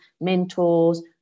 mentors